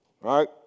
right